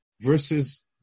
versus